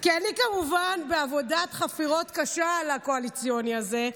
כי אני כמובן בעבודת חפירות קשה על הקואליציוני הזה,